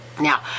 Now